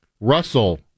Russell